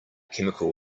chemical